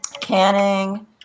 canning